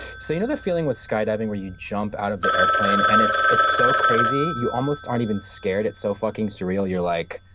so you know the feeling with skydiving where you jump out of the airplane and it's it's so crazy, you almost aren't even scared, it's so fucking surreal, you're like,